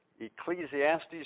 Ecclesiastes